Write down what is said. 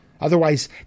Otherwise